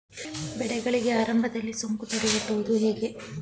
ಬೆಳೆಗಳಿಗೆ ಆರಂಭದಲ್ಲಿ ಸೋಂಕು ತಡೆಗಟ್ಟುವುದು ಹೇಗೆ?